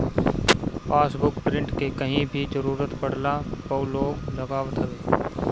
passbook print के कहीं भी जरुरत पड़ला पअ लोग लगावत हवे